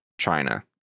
China